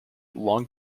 long